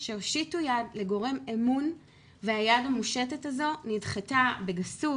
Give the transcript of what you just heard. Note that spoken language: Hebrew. שהושיטו יד לגורם אמון והיד המושטת הזו נדחתה בגסות,